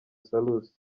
salus